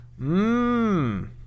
Mmm